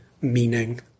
meaning